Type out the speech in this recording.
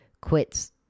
quits